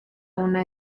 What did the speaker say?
una